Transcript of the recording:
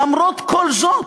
למרות כל זאת,